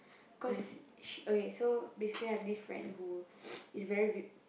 cause she okay so basically I have this friend who is very re~